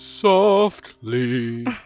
Softly